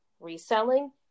reselling